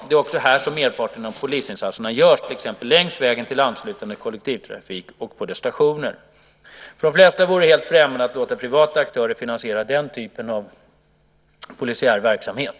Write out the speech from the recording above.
Det är också här som merparten av polisinsatserna görs, till exempel längs vägen till anslutande kollektivtrafik och på dess stationer. För de flesta vore det helt främmande att låta privata aktörer finansiera den typen av polisiär verksamhet.